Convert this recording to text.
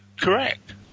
correct